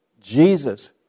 Jesus